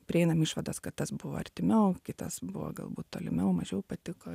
prieinam išvadas kad tas buvo artimiau kitas buvo galbūt tolimiau mažiau patiko